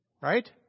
right